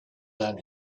than